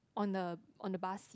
on the on the bus